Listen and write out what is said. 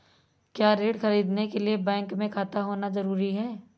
क्या ऋण ख़रीदने के लिए बैंक में खाता होना जरूरी है?